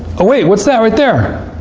oh wait. what's that right there?